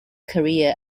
career